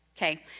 Okay